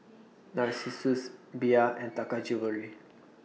Narcissus Bia and Taka Jewelry